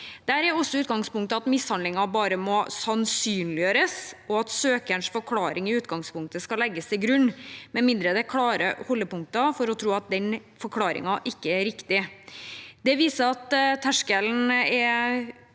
Der er utgangspunktet at mishandlingen bare må sannsynliggjøres, og at søkerens forklaring i utgangspunktet skal legges til grunn, med mindre det er klare holdepunkter for å tro at den forklaringen ikke er riktig. Det viser at terskelen i og for seg